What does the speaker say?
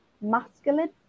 masculine